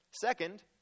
Second